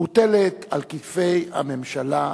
מוטלת על כתפי הממשלה והכנסת,